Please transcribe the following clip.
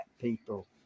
people